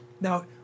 Now